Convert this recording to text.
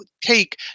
take